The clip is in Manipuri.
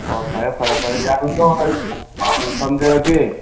ꯑꯣ ꯐꯔꯦ ꯐꯔꯦ ꯐꯔꯦ ꯌꯥꯝ ꯑꯩ ꯊꯝꯖꯔꯒꯦ